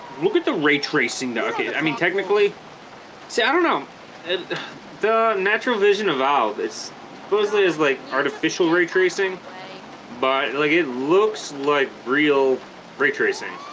look at the ray tracing the okay i mean technically see i don't know and the natural vision of valve it's supposedly as like artificial ray tracing but like it looks like real ray tracing